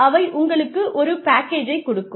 அவை உங்களுக்கு ஒரு பேக்கேஜைக் கொடுக்கும்